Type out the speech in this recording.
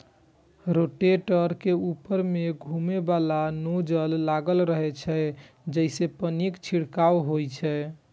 rotator के ऊपर मे घुमैबला नोजल लागल रहै छै, जइसे पानिक छिड़काव होइ छै